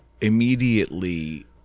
immediately